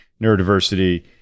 neurodiversity